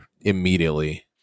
immediately